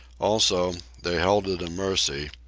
also, they held it a mercy,